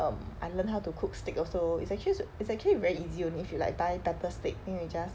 um I learned how to cook steak also it's actually it's actually very easy only if you like buy pepper steak 因为 just